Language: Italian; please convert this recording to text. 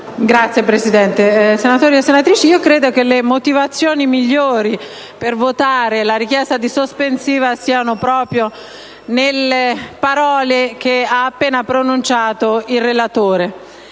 Signora Presidente, colleghe, colleghi, credo che le motivazioni migliori per votare la richiesta di sospensiva siano proprio nelle parole che ha appena pronunciato il relatore.